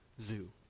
Zoo